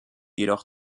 jedoch